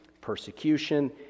persecution